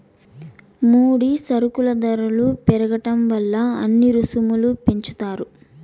ముడి సరుకుల ధరలు పెరగడం వల్ల అన్ని రుసుములు పెంచుతారు